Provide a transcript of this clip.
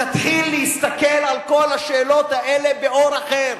תתחיל להסתכל על כל השאלות האלה באור אחר.